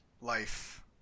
life